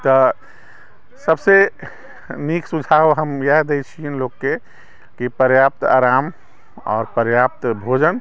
तऽ सभसँ नीक सुझाव हम इएह दै छियनि लोककेँ कि पर्याप्त आराम आओर पर्याप्त भोजन